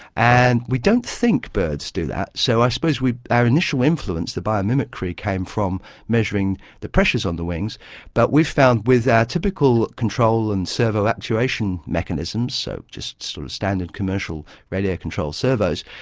and we don't think birds do that, so i suppose our initial influence, the biomimicry, came from measuring the pressures on the wings but we've found with our typical control and servo-actuation mechanisms, so just sort of standard commercial radio control servos,